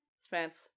Spence